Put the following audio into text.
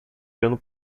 olhando